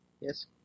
Yes